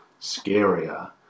scarier